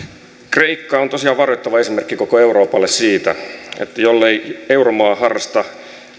kreikka on tosiaan varoittava esimerkki koko euroopalle siitä että jollei euromaa harrasta